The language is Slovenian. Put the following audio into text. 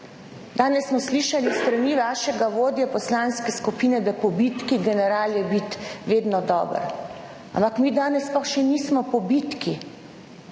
Danes smo slišali s strani vašega vodje poslanske skupine, da po bitki general je biti vedno dober, ampak mi danes sploh še nismo po bitki,